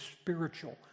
spiritual